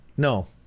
No